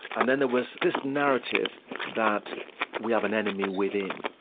and then there was this narrative that we have an enemy within